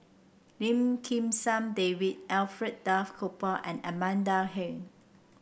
Lim Kim San David Alfred Duff Cooper and Amanda Heng